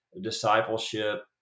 discipleship